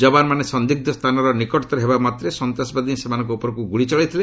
ଯବାନମାନେ ସନ୍ଦିଗ୍ଧ ସ୍ଥାନର ନିକଟତର ହେବାମାତ୍ରେ ସନ୍ତାସବାଦୀମାନେ ସେମାନଙ୍କ ଉପରକୁ ଗୁଳି ଚଳାଇଥିଲେ